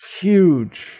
huge